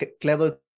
clever